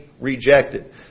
rejected